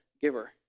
giver